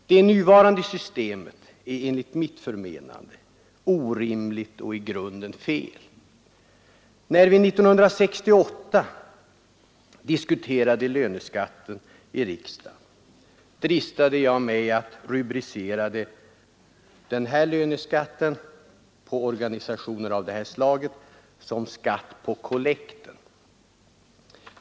Det nuvarande systemet är enligt mitt förmenande orimligt och i grunden fel. När vi 1968 i riksdagen diskuterade löneskatten dristade jag mig att rubricera löneskatten på organisationer av det här slaget som skatt på kollekten.